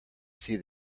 see